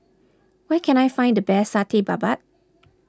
where can I find the best Satay Babat